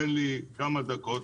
תן לי כמה דקות,